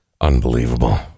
Unbelievable